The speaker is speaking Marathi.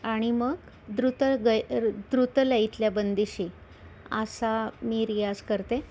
आणि मग द्रुत गै द्रुत लयीतल्या बंदिशी असा मी रियाज करते